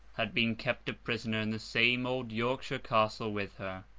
had been kept a prisoner in the same old yorkshire castle with her.